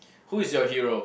who is your hero